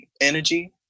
energy